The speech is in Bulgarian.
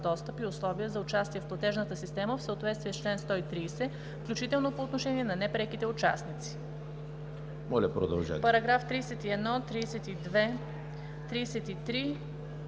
достъп и условия за участие в платежната система в съответствие с чл. 130, включително по отношение на непреките участници.“ Параграфи 31, 32, 33,